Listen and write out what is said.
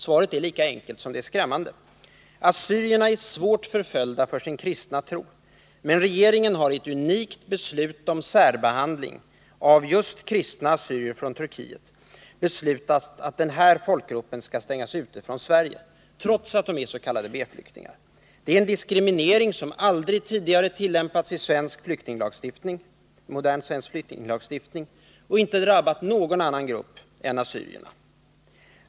Svaret är lika enkelt som det är skrämmande: Assyrierna är utsatta för svår förföljelse för sin kristna tros skull. Regeringen har dock fattat ett unikt beslut om särbehandling av just kristna assyrier från Turkiet. Denna folkgrupp skall utestängas från Sverige, trots att det här rör sig om s.k. B-flyktingar. En sådan diskriminering har aldrig tidigare tillämpats i modern svensk flyktinglagstiftning och har inte drabbat någon annan grupp än assyrierna.